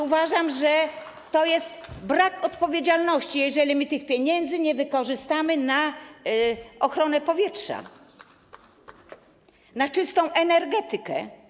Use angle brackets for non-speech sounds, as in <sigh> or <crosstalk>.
Uważam, że to jest brak odpowiedzialności, jeżeli my tych pieniędzy nie wykorzystamy na ochronę powietrza, <applause> na czystą energetykę.